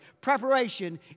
Preparation